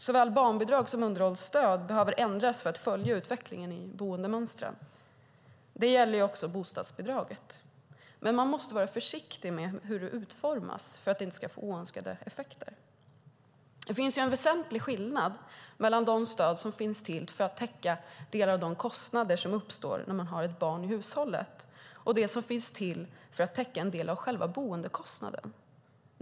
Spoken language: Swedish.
Såväl barnbidrag som underhållsstöd behöver ändras för att följa utvecklingen i boendemönstren. Det gäller också bostadsbidraget. Men man måste vara försiktig med hur det utformas för att det inte ska få oönskade effekter. Det finns en väsentlig skillnad mellan det stöd som finns till för att täcka delar av de kostnader som uppkommer när man har ett barn i hushållet och det som finns till för att täcka en del av själva boendekostnaden.